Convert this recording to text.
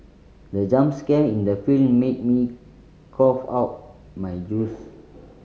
the jump scare in the film made me cough out my juice